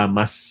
mas